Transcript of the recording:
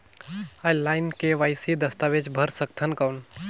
Online KYC दस्तावेज भर सकथन कौन?